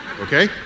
Okay